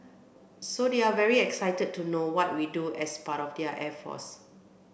so they're very excited to know what we do as part of the air force